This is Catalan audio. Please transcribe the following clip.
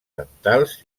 dentals